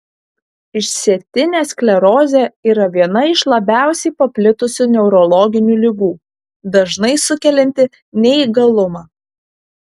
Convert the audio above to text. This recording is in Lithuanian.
išsėtinė sklerozė yra viena iš labiausiai paplitusių neurologinių ligų dažnai sukelianti neįgalumą